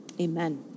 amen